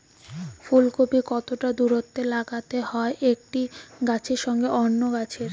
ফুলকপি কতটা দূরত্বে লাগাতে হয় একটি গাছের সঙ্গে অন্য গাছের?